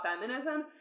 feminism